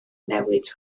newid